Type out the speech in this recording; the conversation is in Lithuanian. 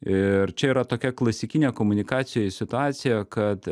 ir čia yra tokia klasikinė komunikacijoj situacija kad